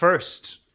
First